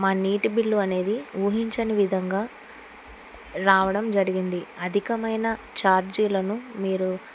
మా నీటి బిల్లు అనేది ఊహించని విధంగా రావడం జరిగింది అధికమైన ఛార్జీలను మీరు